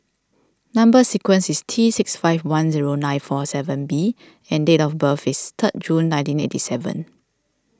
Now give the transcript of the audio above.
Number Sequence is T six five one zero nine four seven B and date of birth is third June nineteen eighty seven